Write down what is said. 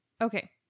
okay